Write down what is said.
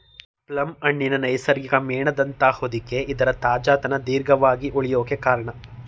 plum ಹಣ್ಣಿನ ನೈಸರ್ಗಿಕ ಮೇಣದಂಥ ಹೊದಿಕೆ ಇದರ ತಾಜಾತನ ದೀರ್ಘವಾಗಿ ಉಳ್ಯೋಕೆ ಕಾರ್ಣ